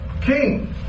king